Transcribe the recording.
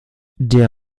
der